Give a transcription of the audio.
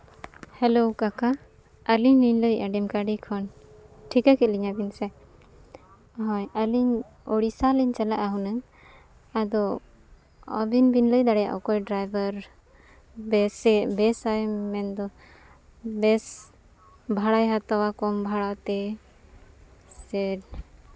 hello ᱠᱟᱠᱟ ᱟᱹᱞᱤ ᱞᱤᱧ ᱞᱟᱹᱭᱮᱜᱼᱟ ᱰᱮᱢᱠᱟᱰᱤ ᱠᱷᱚᱱ ᱴᱷᱤᱠᱟ ᱠᱮᱜ ᱞᱤᱧᱟᱹ ᱵᱤᱱ ᱥᱮ ᱦᱳᱭ ᱟᱹᱞᱤᱧ ᱳᱰᱤᱥᱟ ᱞᱤᱧ ᱪᱟᱞᱟᱜᱼᱟ ᱦᱩᱱᱟᱹᱜ ᱟᱫᱚ ᱟᱹᱵᱤᱱ ᱵᱤᱱ ᱞᱟᱹᱭ ᱫᱟᱲᱮᱭᱟᱜᱼᱟ ᱚᱠᱚᱭ ᱰᱨᱟᱭᱵᱷᱟᱨ ᱵᱮᱥᱮ ᱵᱮᱥᱟᱭ ᱢᱮᱱ ᱫᱚ ᱵᱮᱥ ᱵᱷᱟᱲᱟᱭ ᱦᱟᱛᱟᱣᱟ ᱠᱚᱢ ᱵᱷᱟᱲᱟ ᱛᱮ ᱥᱮ